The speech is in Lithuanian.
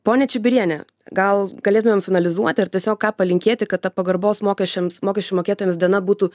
ponia čibiriene gal galėtumėm finalizuoti ar tiesiog ką palinkėti kad ta pagarbos mokesčiams mokesčių mokėtojams diena būtų